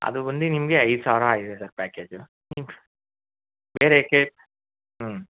ಅದು ಬಂದು ನಿಮಗೆ ಐದು ಸಾವಿರ ಆಗಿದೆ ಸರ್ ಪ್ಯಾಕೇಜು ಬೇರೆ ಕೇ ಹ್ಞೂ